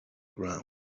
ground